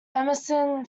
emerson